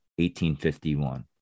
1851